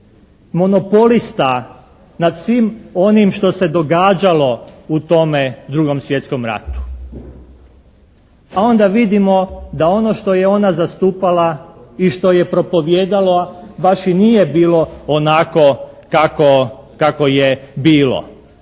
monopolita nad svim onim što se događalo u tome drugom svjetskom ratu. A onda vidimo da ono što je ona zastupala i što je propovijedala baš i nije bilo onako kako je bilo.